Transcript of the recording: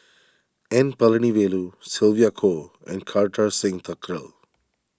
N Palanivelu Sylvia Kho and Kartar Singh Thakral